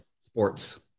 sports